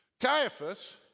Caiaphas